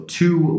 two